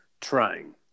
trying